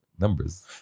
Numbers